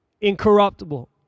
incorruptible